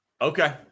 Okay